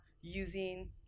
using